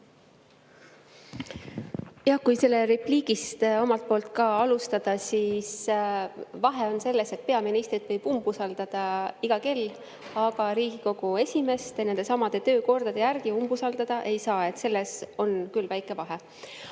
Jah, kui sellest repliigist omalt poolt ka alustada, siis vahe on selles, et peaministrit võib umbusaldada iga kell, aga Riigikogu esimeest nendesamade töökordade järgi umbusaldada ei saa. Selles on küll väike vahe.